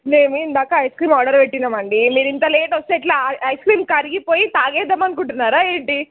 మేము ఇందాక ice cream order పెట్టినమండి మీరు ఇంత లేట్ వస్తే ఎట్ల ఐస్ క్రీమ్ కరిగిపోయి తాగేద్దాం అనుకుంటున్నారా ఏంటి